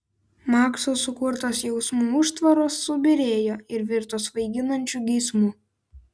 makso sukurtos jausmų užtvaros subyrėjo ir virto svaiginančiu geismu